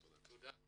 תודה.